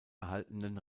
erhaltenen